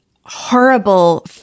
horrible